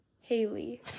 Haley